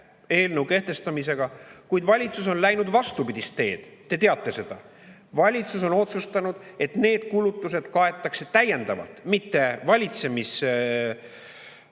ei tekita, kuid valitsus on läinud vastupidist teed. Te teate seda. Valitsus on otsustanud, et need kulutused kaetakse mitte valitsemise